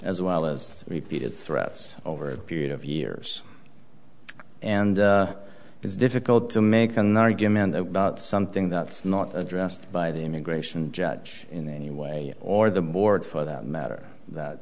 as well as repeated threats over a period of years and it is difficult to make an argument that without something that's not addressed by the immigration judge in any way or the board for that matter